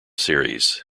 series